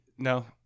No